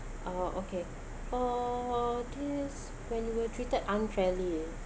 oh okay uh this when you were treated unfairly